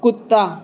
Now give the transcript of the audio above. ਕੁੱਤਾ